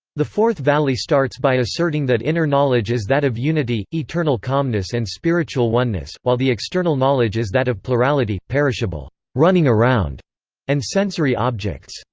the fourth valli starts by asserting that inner knowledge is that of unity, eternal calmness and spiritual oneness, while the external knowledge is that of plurality, perishable running around and sensory objects.